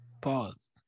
Pause